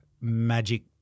magic